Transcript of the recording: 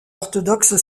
orthodoxe